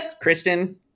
Kristen